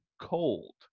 cold